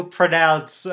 pronounce